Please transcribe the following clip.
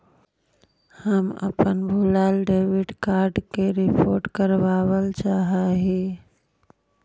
हम अपन भूलायल डेबिट कार्ड के रिपोर्ट करावल चाह ही